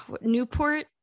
Newport